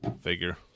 figure